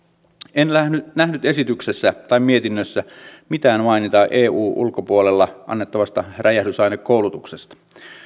en nähnyt nähnyt esityksessä tai mietinnössä mitään mainintaa eun ulkopuolella annettavasta räjähdysainekoulutuksesta